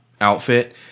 outfit